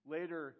Later